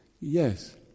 yes